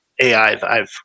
AI